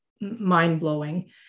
mind-blowing